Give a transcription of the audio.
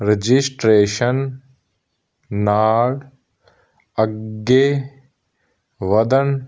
registration ਨਾਲ ਅੱਗੇ ਵਧਣ